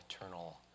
eternal